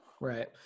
right